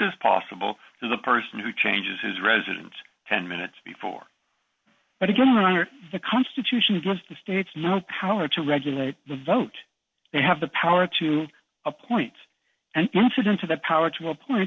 as possible to the person who changes his residence ten minutes before but again longer the constitution gives the states no power to regulate the vote they have the power to appoint an incident to the power to appoint